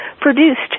produced